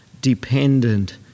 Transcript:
dependent